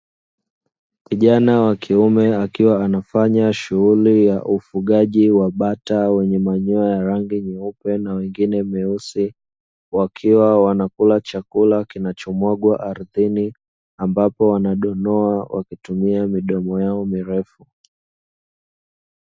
Kijana wakiume akiwa anafanya shughuli ya ufugaji wa bata wenye manyoya ya rangi nyeupe na wengine nyeusi, wakiwa wanakula chakula kinachomwagwa ardhini ambapo wanadonoa wakitumia midomo yao mirefu.